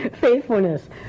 Faithfulness